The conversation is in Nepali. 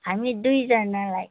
हामी दुईजनालाई